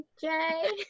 Jay